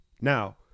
Now